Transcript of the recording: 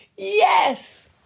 Yes